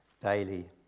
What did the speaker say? daily